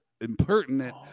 impertinent